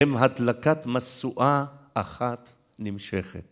הם הדלקת משואה אחת נמשכת.